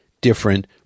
different